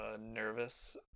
nervous